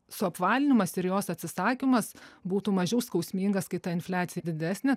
suapvalinimas ir jos atsisakymas būtų mažiau skausmingas kai ta infliacija didesnė